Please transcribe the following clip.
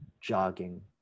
jogging